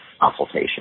consultation